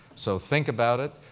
so think about it.